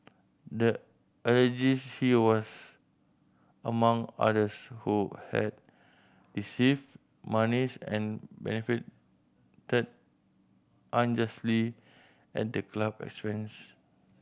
the alleges he was among others who had received monies and benefited unjustly at the club expense